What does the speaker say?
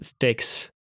fix